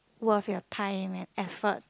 worth your time and effort